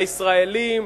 הישראלים,